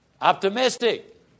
Optimistic